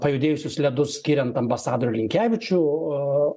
pajudėjusius ledus skiriant ambasadorių linkevičių o